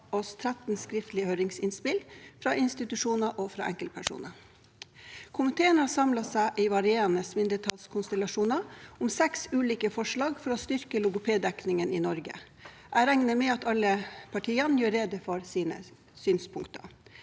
oss 13 skriftlige høringsinnspill fra institusjoner og fra enkeltpersoner. Komiteen har samlet seg i varierende mindretallskonstellasjoner om seks ulike forslag for å styrke logopeddekningen i Norge. Jeg regner med at alle partiene gjør rede for sine synspunkter.